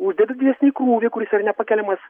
uždeda didesnį krūvį kuris yra nepakeliamas